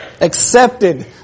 Accepted